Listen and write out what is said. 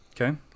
okay